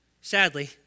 sadly